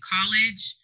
College